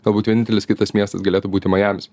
galbūt vienintelis kitas miestas galėtų būti majamis